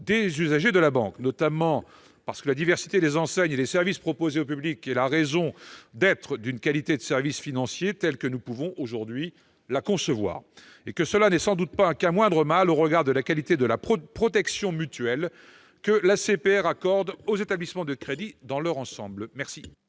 des usagers bancaires, notamment parce que la diversité des enseignes et des services proposés au public est la raison d'être d'une qualité de services financiers, telle que nous pouvons aujourd'hui la concevoir, et que cela n'est sans doute qu'un moindre mal au regard de la qualité de la « protection mutuelle » accordée par l'ACPR aux établissements de crédit dans leur ensemble. Quel